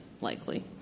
likely